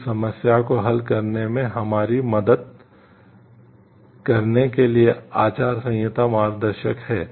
इस समस्या को हल करने में हमारी मदद करने के लिए आचार संहिता मार्गदर्शक हैं